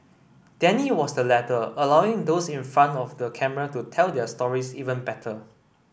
Danny was the latter allowing those in front of the camera to tell their stories even better